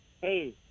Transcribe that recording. Hey